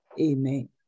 Amen